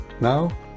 Now